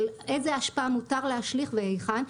של איזה אשפה מותר להשליך והיכן,